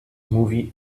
movie